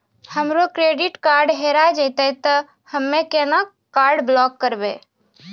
हमरो credit card हेरा जेतै ते हम्मय केना कार्ड ब्लॉक करबै?